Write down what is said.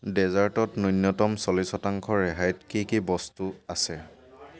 ডেজাৰ্টত ন্যূনতম চল্লিছ শতাংশ ৰেহাইত কি কি বস্তু আছে